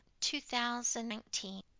2019